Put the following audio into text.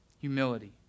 humility